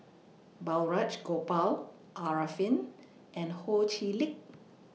Balraj Gopal Arifin and Ho Chee Lick